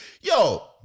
Yo